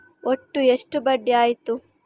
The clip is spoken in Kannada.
ಒಟ್ಟು ಎಷ್ಟು ಬಡ್ಡಿ ಆಯಿತು?